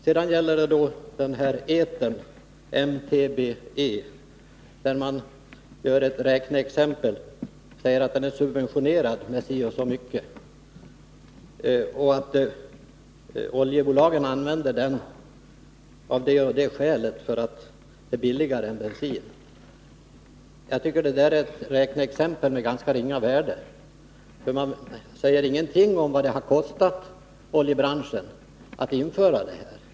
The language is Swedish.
Sedan gäller det etern MTBE. Man anför ett räkneexempel och säger att etern är subventionerad med så och så mycket och att oljebolagen använder etern av det skälet att den är billigare än bensin. Jag tycker att detta räkneexempel har ganska ringa värde, för det sägs ingenting om vad det har kostat oljebranschen att införa detta.